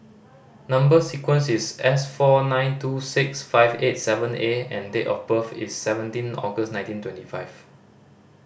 number sequence is S four nine two six five eight seven A and date of birth is seventeen August nineteen twenty five